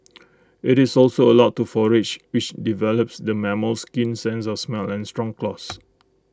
IT is also allowed to forage which develops the mammal's keen sense of smell and strong claws